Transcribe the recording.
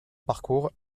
parcours